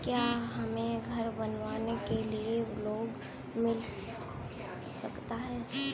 क्या हमें घर बनवाने के लिए लोन मिल सकता है?